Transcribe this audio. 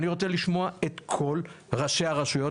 אני רוצה לשמוע את כל ראשי הרשויות